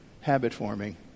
habit-forming